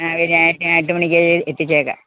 ആ ഞാൻ ഞാൻ എട്ട് മണിക്ക് എത്തിച്ചേക്കാം